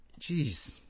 Jeez